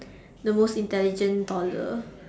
the most intelligent toddler